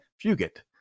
fugit